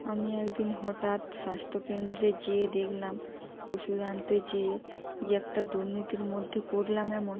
আমি এক দিন হঠাৎ স্বাস্থ্যকেন্দ্রে যেয়ে দেখলাম ওষুধ আনতে যেয়ে যে একটা দুর্নীতির মধ্যে পড়লাম এমন